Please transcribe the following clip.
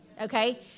Okay